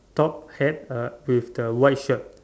top hat uh with the white shirt